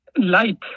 light